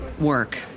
work